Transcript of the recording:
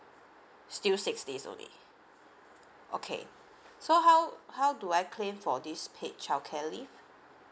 still six days only okay so how how do I claim for this paid childcare leave